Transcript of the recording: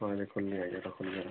ହଁ ଏବେ କଲି ଆଜ୍ଞା ରଖନ୍ତୁ